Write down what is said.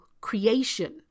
creation